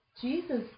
Jesus